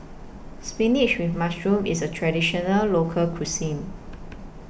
Spinach with Mushroom IS A Traditional Local Cuisine